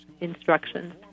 instructions